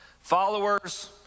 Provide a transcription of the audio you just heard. Followers